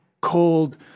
cold